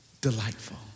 delightful